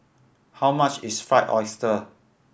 how much is Fried Oyster